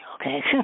okay